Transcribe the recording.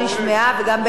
וגם בהקשר של,